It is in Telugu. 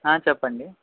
చెప్పండి